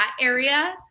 area